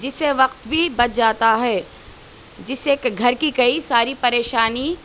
جس سے وقت بھی بچ جاتا ہے جس سے کہ گھر کی کئی ساری پریشانی